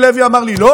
תודה